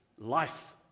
life